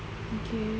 okay